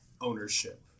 ownership